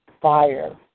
fire